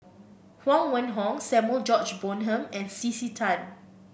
Huang Wenhong Samuel George Bonham and C C Tan